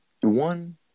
one